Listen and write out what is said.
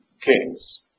kings